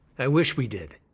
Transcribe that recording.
i wish we did.